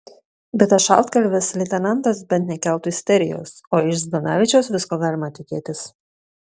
bet tas šaltkalvis leitenantas bent nekeltų isterijos o iš zdanavičiaus visko galima tikėtis